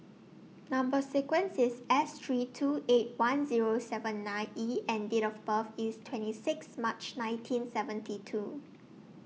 Number sequence IS S three two eight one Zero seven nine E and Date of birth IS twenty six March nineteen seventy two